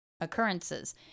occurrences